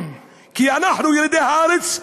כי אנחנו ילידי הארץ,